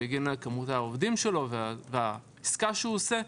בגין כמות העובדים שלו והעסקה שהוא עושה,